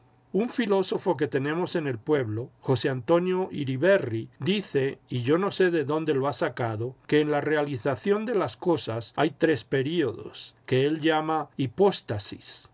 un filósofo que tenemos en el pueblo josé antonio iriberri dice y yo no sé de dónde lo ha sacado que en la realización de las cosas hay tres períodos que él llama hipóstasis